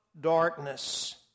darkness